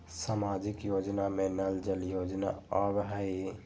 सामाजिक योजना में नल जल योजना आवहई?